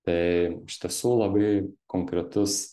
tai iš tiesų labai konkretus